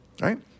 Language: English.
right